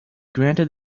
granted